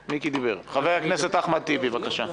חבר הכנסת אחמד טיבי, בבקשה.